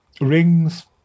rings